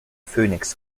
phoenix